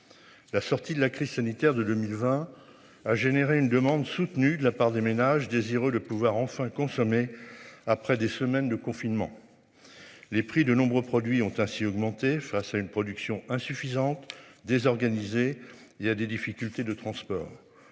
La sortie de la crise sanitaire de 2020 a généré une demande soutenue de la part des ménages désireux de pouvoir enfin consommer après des semaines de confinement. Les prix de nombreux produits ont ainsi augmenté face à une production insuffisante désorganisé. Il y a des difficultés de transport